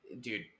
dude